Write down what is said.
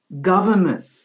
government